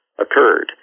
occurred